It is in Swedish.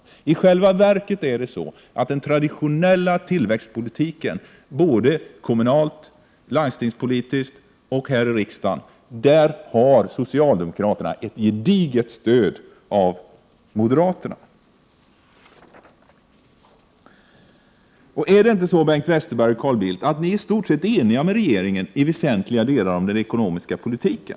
Det är i själva verket så, att när det gäller den traditionella tillväxtpolitiken kommunalt, landstingspolitiskt och här i riksdagen, har socialdemokraterna ett gediget stöd av moderaterna. Är det inte så, Bengt Westerberg och Carl Bildt, att ni i stort sett är eniga med regeringen i fråga om väsentliga delar av den ekonomiska politiken?